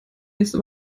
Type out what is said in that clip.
nächste